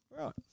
Right